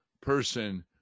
person